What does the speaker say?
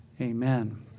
amen